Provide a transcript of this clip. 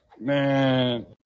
Man